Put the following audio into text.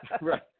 Right